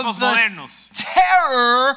terror